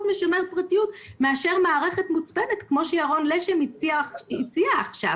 משמר פרטיות מאשר מערכת מוצפנת כמו שירון שגב הציע עכשיו.